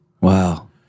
Wow